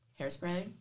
hairspray